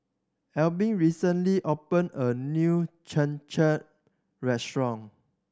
Albin recently opened a new Cham Cham restaurant